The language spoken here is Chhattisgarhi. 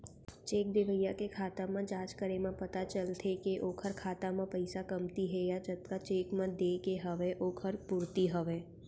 चेक देवइया के खाता म जाँच करे म पता चलथे के ओखर खाता म पइसा कमती हे या जतका चेक म देय के हवय ओखर पूरति हवय